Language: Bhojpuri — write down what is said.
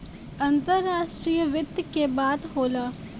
अंतराष्ट्रीय वित्त के बात होला